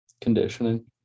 conditioning